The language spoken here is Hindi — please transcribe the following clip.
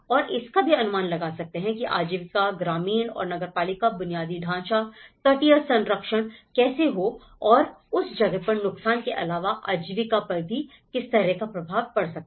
और इसका भी अनुमान लगा सकते हैं कि आजीविका ग्रामीण और नगरपालिका बुनियादी ढाँचा तटीय संरक्षण कैसा हो और उस जगह पर नुकसान के अलावा आजीविका पर भी किस तरह का प्रभाव पड़ा